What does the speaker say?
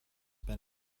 been